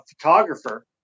photographer